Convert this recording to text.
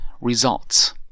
results